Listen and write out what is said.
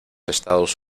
estados